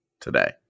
today